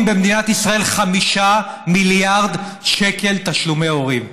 במדינת ישראל 5 מיליארד שקל תשלומי הורים.